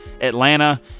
Atlanta